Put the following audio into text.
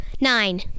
Nine